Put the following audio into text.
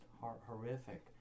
horrific